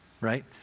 right